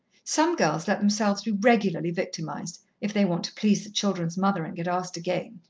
some girls let themselves be regularly victimized, if they want to please the children's mother, and get asked again.